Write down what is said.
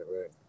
right